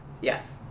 Yes